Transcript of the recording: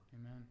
Amen